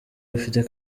rufite